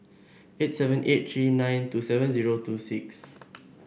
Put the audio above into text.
eight seven eight three nine two seven zero two six